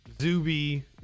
Zuby